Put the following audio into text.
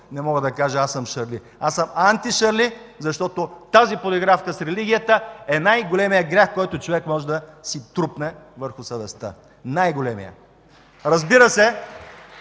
не мога да кажа „Аз съм Шарли“. Аз съм антишарли, защото тази подигравка с религията е най-големият грях, който човек може да си трупне върху съвестта! Най-големият!